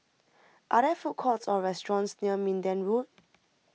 are there food courts or restaurants near Minden Road